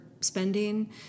spending